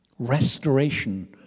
Restoration